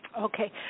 Okay